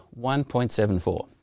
1.74